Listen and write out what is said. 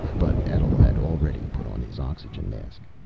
but etl had already put on his oxygen mask.